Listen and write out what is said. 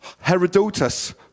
Herodotus